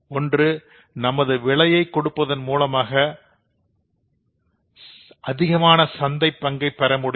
ஒன்று நமது விலையை கொடுப்பதன் மூலமாக அதிகமான சந்தைப் பங்கை பெற முடியும்